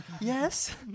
Yes